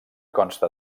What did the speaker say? consta